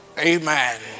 Amen